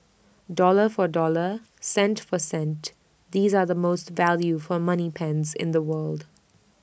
dollar for dollar cent for cent these are the most value for money pens in the world